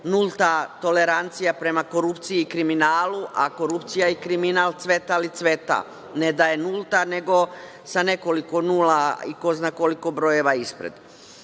nulta tolerancija prema korupciji, kriminalu, a korupcija i kriminal cveta li cveta. Ne da je nulta, nego sa nekoliko nula i ko zna koliko brojeva ispred. Dakle,